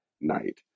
night